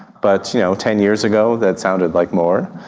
but you know ten years ago that sounded like more.